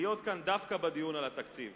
להיות כאן דווקא בדיון על התקציב.